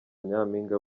nyampinga